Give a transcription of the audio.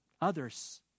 others